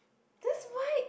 that's why